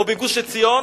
או בגוש-עציון.